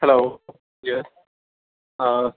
hello yes ہاں